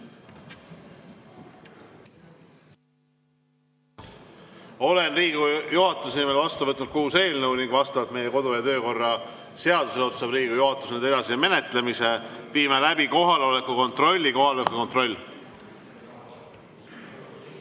Olen Riigikogu juhatuse nimel vastu võtnud kuus eelnõu ning vastavalt meie kodu‑ ja töökorra seadusele otsustab Riigikogu juhatus nende edasise menetlemise. Viime läbi kohaloleku kontrolli. Kohaloleku kontroll.